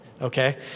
okay